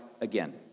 again